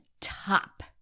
top